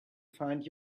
find